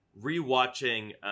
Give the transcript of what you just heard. re-watching